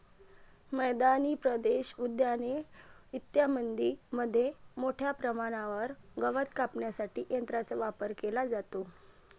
मैदानी प्रदेश, उद्याने इत्यादींमध्ये मोठ्या प्रमाणावर गवत कापण्यासाठी यंत्रांचा वापर केला जातो